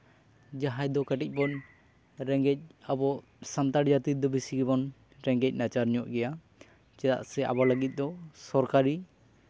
ᱡᱟᱦᱟᱸᱭ ᱫᱚ ᱠᱟᱹᱴᱤᱪ ᱵᱚᱱ ᱨᱮᱸᱜᱮᱡᱽ ᱟᱵᱚ ᱥᱟᱱᱛᱟᱲ ᱡᱟᱹᱛᱤ ᱫᱚ ᱵᱮᱥᱤ ᱜᱮᱵᱚᱱ ᱨᱮᱸᱜᱮᱡᱽ ᱱᱟᱪᱟᱨ ᱧᱚᱜ ᱜᱮᱭᱟ ᱪᱮᱫᱟᱜ ᱥᱮ ᱟᱵᱚ ᱞᱟᱹᱜᱤᱫ ᱫᱚ ᱥᱚᱨᱠᱟᱨᱤ